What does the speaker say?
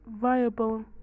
viable